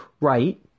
right